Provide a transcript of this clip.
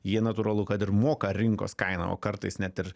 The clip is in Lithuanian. ji natūralu kad ir moka rinkos kainą o kartais net ir